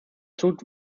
tut